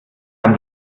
kann